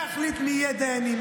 להחליט מי יהיו דיינים.